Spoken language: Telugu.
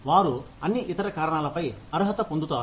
వారు అన్ని ఇతర కారణాలపై అర్హత పొందుతారు